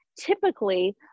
typically